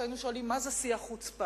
שהיינו שואלים מה זה שיא החוצפה.